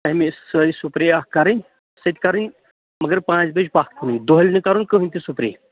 تَمے سۄے سُپرے اَکھ کَرٕنۍ سٔہ تہِ کَرٕنۍ مگر پانٛژِ بَجہِ پَتھ کُن دۄہلہِ نہٕ کَرُن کٕہٕنٛے تہِ سُپرٛے